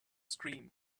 scream